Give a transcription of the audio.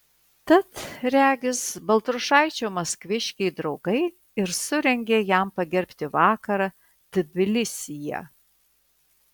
tad regis baltrušaičio maskviškiai draugai ir surengė jam pagerbti vakarą tbilisyje